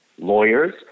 lawyers